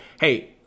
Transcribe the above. Hey